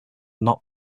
not